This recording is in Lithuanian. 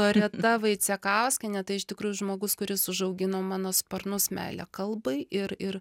loreta vaicekauskienė tai iš tikrųjų žmogus kuris užaugino mano sparnus meilę kalbai ir ir